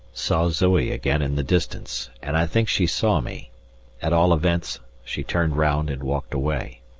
saw zoe again in the distance, and i think she saw me at all events she turned round and walked away.